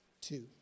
two